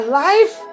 life